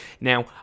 Now